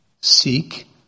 Seek